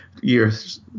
years